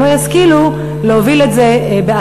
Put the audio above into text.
והם לא ישכילו להוביל את זה בעצמם.